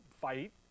fight